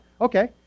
Okay